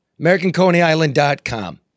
AmericanConeyIsland.com